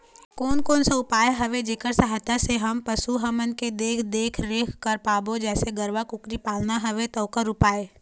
कोन कौन सा उपाय हवे जेकर सहायता से हम पशु हमन के देख देख रेख कर पाबो जैसे गरवा कुकरी पालना हवे ता ओकर उपाय?